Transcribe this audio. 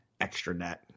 extranet